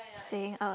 saying out